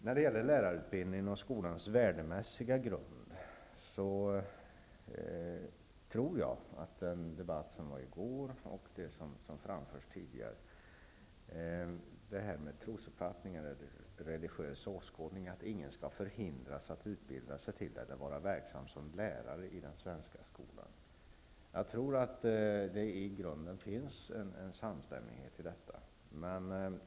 När det gäller lärarutbildningen och skolans värdemässiga grund tror jag -- jag tänker då på den debatt som fördes i går och det som framförts tidigare om trosuppfattningar och religiösa åskådningar -- att ingen skall förhindras att utbilda sig till eller att vara verksam som lärare i den svenska skolan. I grunden finns det nog en samstämmighet på denna punkt.